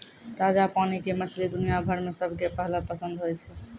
ताजा पानी के मछली दुनिया भर मॅ सबके पहलो पसंद होय छै